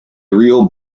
real